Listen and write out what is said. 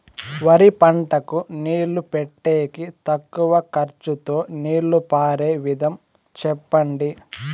వరి పంటకు నీళ్లు పెట్టేకి తక్కువ ఖర్చుతో నీళ్లు పారే విధం చెప్పండి?